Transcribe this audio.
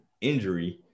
injury